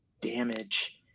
damage